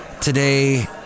Today